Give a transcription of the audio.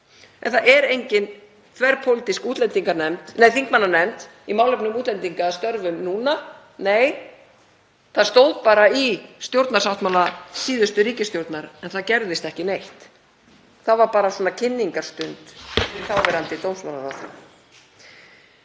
En það er engin þverpólitísk þingmannanefnd í málefnum útlendinga að störfum núna. Nei, það stóð bara í stjórnarsáttmála síðustu ríkisstjórnar en það gerðist ekki neitt. Það var bara svona kynningarstund þáverandi dómsmálaráðherra.